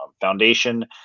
foundation